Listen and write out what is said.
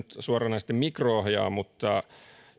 suoranaisesti mikro ohjaa mutta